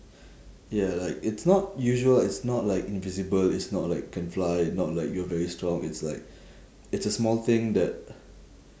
ya like it's not usual ah it's not like invisible it's not like can fly not like you're very strong it's like it's a small thing that